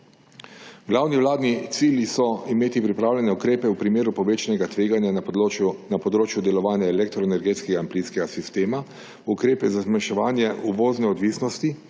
Glavni vladni cilji so imeti pripravljene ukrepe v primeru povečanega tveganja na področju delovanja elektroenergetskega in plinskega sistema, ukrepe za zmanjševanje uvozne odvisnosti,